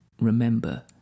remember